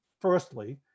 firstly